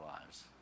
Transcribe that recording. lives